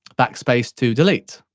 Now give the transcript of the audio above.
backspace to delete.